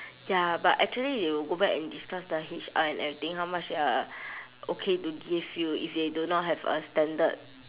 ya but actually they will go back and discuss the H_R and everything how much they're okay to give you if they do not have a standard